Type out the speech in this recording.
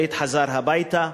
שליט חזר הביתה,